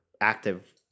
active